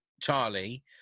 Charlie